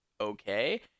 okay